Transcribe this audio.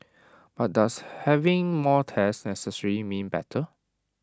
but does having more tests necessarily mean better